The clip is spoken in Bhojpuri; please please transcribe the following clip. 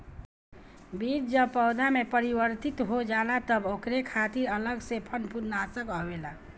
बीज जब पौधा में परिवर्तित हो जाला तब ओकरे खातिर अलग से फंफूदनाशक आवेला